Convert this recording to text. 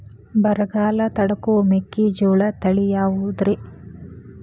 ಬರಗಾಲ ತಡಕೋ ಮೆಕ್ಕಿಜೋಳ ತಳಿಯಾವುದ್ರೇ?